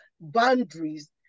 boundaries